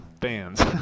fans